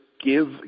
give